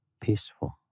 peaceful